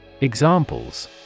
Examples